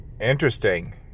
interesting